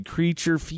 Creature